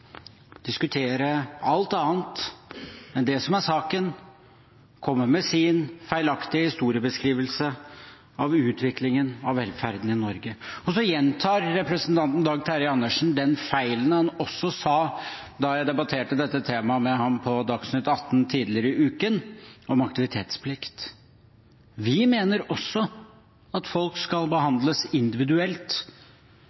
diskutere alt annet enn det som er saken, og komme med sin feilaktige historiebeskrivelse av utviklingen av velferden i Norge. Så gjentar representanten Dag Terje Andersen sin feil fra da jeg debatterte dette temaet med ham på Dagsnytt atten tidligere i uken, om aktivitetsplikt. Vi mener også at folk skal